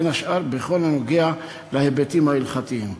בין השאר בכל הקשור להיבטים ההלכתיים.